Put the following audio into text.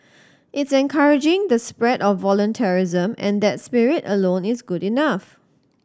it's encouraging the spread of voluntarism and that spirit alone is good enough